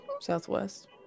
Southwest